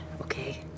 Okay